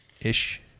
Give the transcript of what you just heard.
Ish